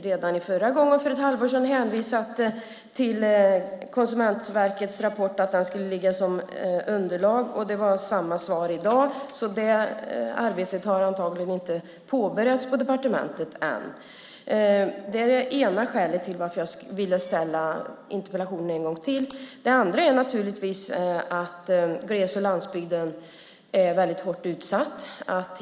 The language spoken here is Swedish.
Redan förra gången, för ett halvår sedan, hänvisade hon till att Konsumentverkets rapport skulle vara underlag. Det var samma svar i dag, så det arbetet har antagligen inte påbörjats på departementet än. Det är det ena skälet till att jag ville ställa interpellationen en gång till. Gles och landsbygden är väldigt hårt utsatt.